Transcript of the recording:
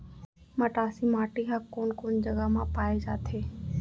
मटासी माटी हा कोन कोन जगह मा पाये जाथे?